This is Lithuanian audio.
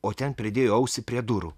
o ten pridėjo ausį prie durų